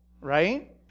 right